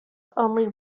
only